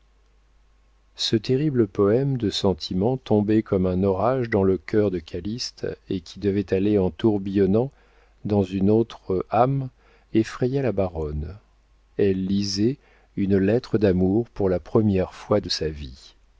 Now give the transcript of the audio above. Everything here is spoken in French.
ce terrible poème de sentiments tombés comme un orage dans le cœur de calyste et qui devait aller en tourbillonnant dans une autre âme effraya la baronne elle lisait une lettre d'amour pour la première fois de sa vie